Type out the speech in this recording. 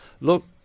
look